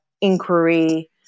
inquiry